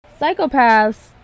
Psychopaths